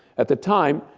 at the time,